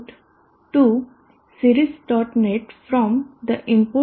sch gnetlist g spice sdb o series